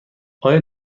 آیا